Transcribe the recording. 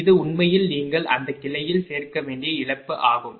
இது உண்மையில் நீங்கள் அந்த கிளையில் சேர்க்க வேண்டிய இழப்பு ஆகும்